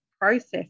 process